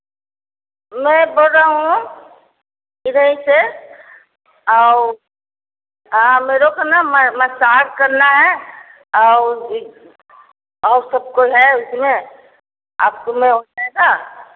मैं बोल रहा हूँ इधर से आओ हम लोग को ना मसाज करना है और आप सबको है उसमें आपके में होता है ना